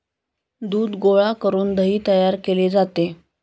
दूध गोळा करून दही तयार केले जाते